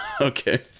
Okay